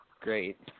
great